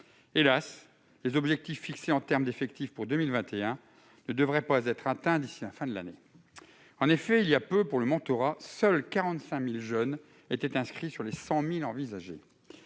Hélas, les objectifs fixés en termes d'effectifs pour 2021 ne devraient pas être atteints d'ici à la fin de l'année. En effet, il y a peu, pour le mentorat, seuls 45 000 jeunes étaient inscrits sur les 100 000 envisagés.